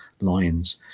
lions